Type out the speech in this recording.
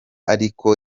ariko